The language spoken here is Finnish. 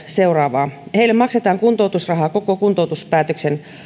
seuraavaa heille maksetaan kuntoutusrahaa koko kuntoutuspäätöksen